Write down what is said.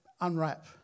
unwrap